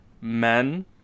men